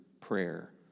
prayer